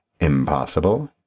Impossible